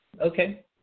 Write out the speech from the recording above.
Okay